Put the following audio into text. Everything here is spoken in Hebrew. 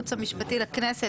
לייעוץ המשפטי לכנסת,